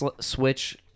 Switch